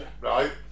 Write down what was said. right